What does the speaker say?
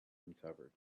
uncovered